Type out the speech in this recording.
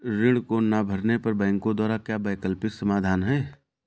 ऋण को ना भरने पर बैंकों द्वारा क्या वैकल्पिक समाधान हैं?